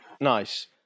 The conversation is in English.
Nice